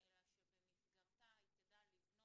ואני רואה שהם דווקא